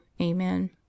Amen